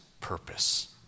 purpose